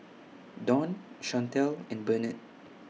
Don Shantell and Burnett